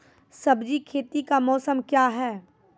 सब्जी खेती का मौसम क्या हैं?